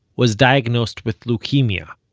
was diagnosed with leukemia.